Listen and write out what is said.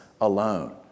alone